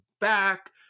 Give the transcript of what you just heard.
back